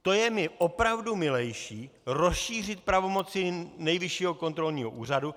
To je mi opravdu milejší rozšířit pravomoci Nejvyššího kontrolního úřadu.